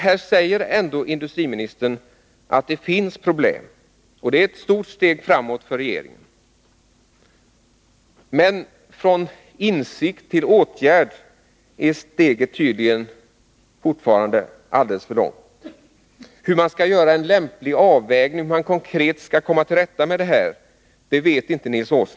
Här säger ändå industriministern att det finns problem, och det är ett stort steg framåt för regeringen, men från insikt till åtgärd är steget tydligen fortfarande alldeles för långt. Nils Åsling vet inte hur han skall göra en konkret avvägning för att komma till rätta med problemen.